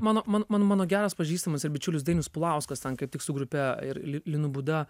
mano man mano mano geras pažįstamas ir bičiulis dainius pulauskas ten kaip tik su grupe ir li linu būda